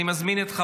ראשונה.